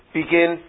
begin